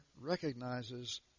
recognizes